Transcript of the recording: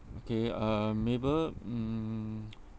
okay uh mabel mm